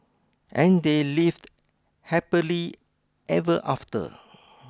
and they lived happily ever after